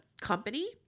company